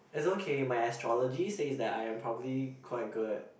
it's okay my astrology says that I'm probably quite good